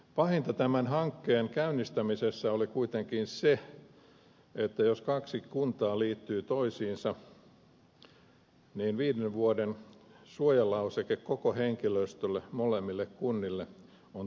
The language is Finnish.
pahinta tämän hankkeen käynnistämisessä oli kuitenkin se että jos kaksi kuntaa liittyy toisiinsa niin viiden vuoden suojalauseke koko henkilöstölle molemmille kunnille on taattu